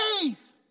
faith